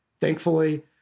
thankfully